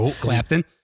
Clapton